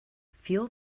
fuel